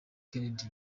kennedy